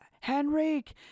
Henrik